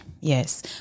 Yes